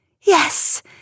yes